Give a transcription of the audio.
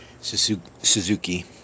Suzuki